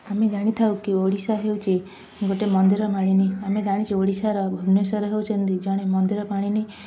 ଆମେ ଜାଣିଥାଉ କି ଓଡ଼ିଶା ହେଉଛି ଗୋଟିଏ ମନ୍ଦିର ମାଳିନୀ ଆମେ ଜାଣିଛୁ ଓଡ଼ିଶାର ଭୁବେନେଶ୍ୱର ହେଉଛନ୍ତି ଜଣେ ମନ୍ଦିର ମାଳିନୀ